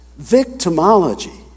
victimology